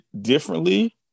differently